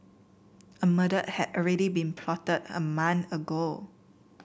a murder had already been plotted a month ago